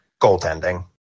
goaltending